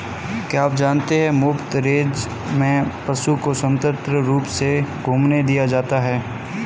क्या आप जानते है मुफ्त रेंज में पशु को स्वतंत्र रूप से घूमने दिया जाता है?